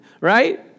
Right